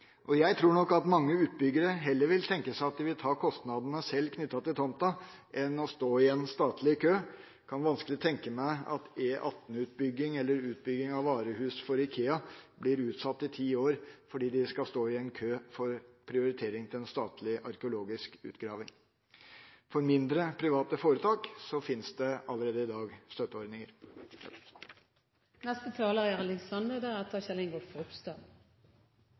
Jeg tror nok at mange utbyggere heller vil tenke seg å ta kostnadene knyttet til tomta sjøl enn å stå i en statlig kø. Jeg kan vanskelig tenke meg at en E18-utbygging eller bygging av et varehus for IKEA blir utsatt i ti år fordi de skal stå i en kø for prioritering av en statlig arkeologisk utgraving. For mindre private foretak fins det allerede i dag støtteordninger.